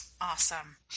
Awesome